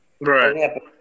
Right